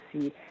see